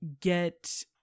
get